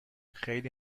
خیلی